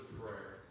prayer